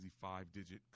five-digit